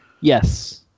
Yes